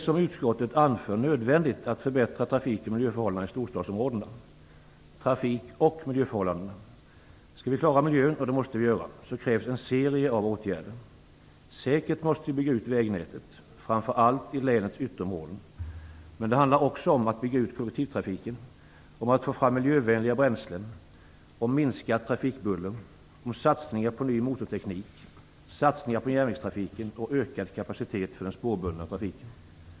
Som utskottet anför är det nödvändigt att förbättra trafik och miljöförhållandena i storstadsområdena. Skall vi klara miljön, och det måste vi göra, krävs det en serie av åtgärder. Säkert måste vi bygga ut vägnätet, framför allt i länets ytterområden. Men det handlar också om att bygga ut kollektivtrafiken, om att få fram miljövänliga bränslen, om minskat trafikbuller, om satsningar på ny motorteknik, om satsningar på järnvägstrafiken och om ökad kapacitet för den spårbundna trafiken.